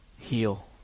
heal